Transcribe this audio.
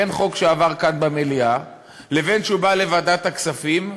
בין חוק שעבר כאן במליאה ובין שהוא בא לוועדת הכספים,